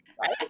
Right